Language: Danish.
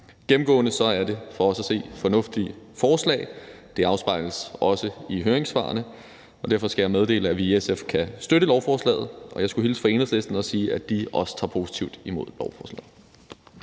Gennemgående er det for os at se fornuftige forslag, og det afspejles også i høringssvarene. Derfor skal jeg meddele, at vi i SF kan støtte lovforslaget, og jeg skulle hilse fra Enhedslisten og sige, at de også tager positivt imod forslaget.